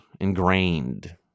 ingrained